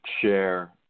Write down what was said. share